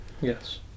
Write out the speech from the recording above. yes